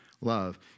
love